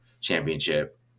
championship